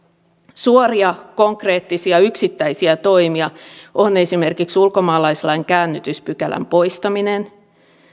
suoria konkreettisia ja yksittäisiä toimia on esimerkiksi ulkomaalaislain käännytyspykälän poistaminen